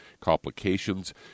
complications